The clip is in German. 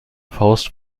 faust